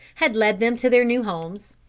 had led them to their new homes,